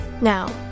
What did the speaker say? Now